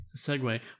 segue